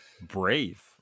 Brave